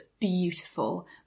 beautiful